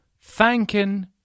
thanking